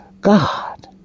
God